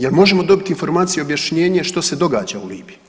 Jel možemo dobiti informaciju i objašnjenje što se događa u Libiji.